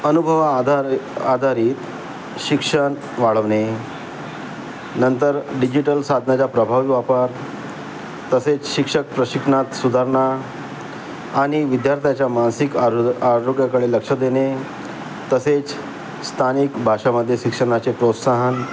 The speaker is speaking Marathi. अनुभव आधार आधारित शिक्षण वाढवणे नंतर डिजिटल साधनाचा प्रभावी वापर तसेच शिक्षक प्रशिक्षणात सुधारणा आणि विद्यार्थ्याच्या मानसिक आरो आरोग्याकडे लक्ष देणे तसेच स्थानिक भाषामध्ये शिक्षणाचे प्रोत्साहन